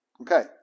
Okay